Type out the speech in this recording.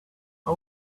how